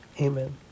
Amen